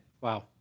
Wow